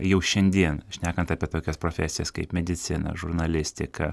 jau šiandien šnekant apie tokias profesijas kaip medicina žurnalistika